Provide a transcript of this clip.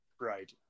Right